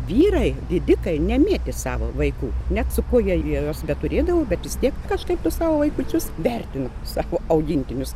vyrai didikai nemėtė savo vaikų net su kuo jie juos beturėdavo bet vis tiek kažkaip tuos savo vaikučius vertino savo augintinius